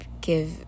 give